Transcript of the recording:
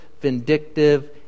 vindictive